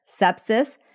sepsis